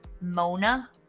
mona